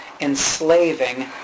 enslaving